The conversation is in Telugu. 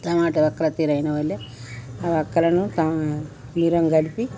టమోటా వక్కలు తీరైన వలే ఆ వక్కలను తీరం కలిపి